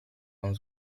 con